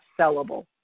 sellable